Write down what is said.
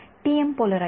TM polarization